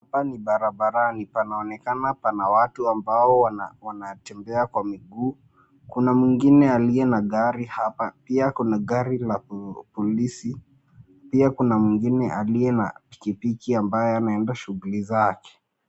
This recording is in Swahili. Hapa ni barabarani panaonekana pana watu ambao wanatembea kwa miguu, kuna mwingine aliye na gari hapa pia kuna gari la polisi, pia kuna mwingine aliye na pikipiki ambaye anaenda shughuli zake.